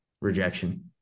Rejection